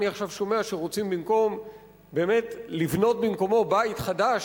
אני עכשיו שומע שרוצים לבנות במקומו בית חדש,